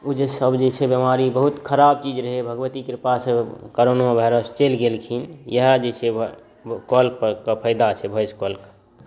ओ जेसब जे छै बेमारी बहुत खराब चीज रहै भगवती कृपासँ कोरोनो वाइरस चलि गेलखिन इएह जे छै कॉलके फाइदा छै वॉइस कॉलके